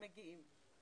מגיעים.